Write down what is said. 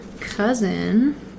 cousin